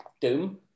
Doom